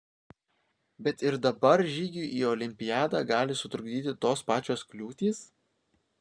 bet ir dabar žygiui į olimpiadą gali sutrukdyti tos pačios kliūtys